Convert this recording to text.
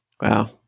Wow